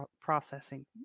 processing